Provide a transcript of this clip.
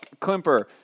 Klimper